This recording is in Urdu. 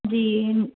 جی ہوں